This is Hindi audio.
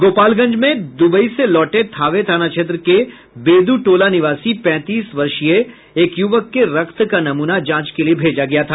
गोपालगंज में द्बई से लौटे थावे थाना क्षेत्र के बेद्टोला निवासी पैंतीस वर्षीय एक यूवक के रक्त का नमूना जांच के लिए भेजा गया था